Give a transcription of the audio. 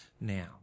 now